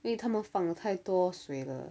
因为他们放太多水了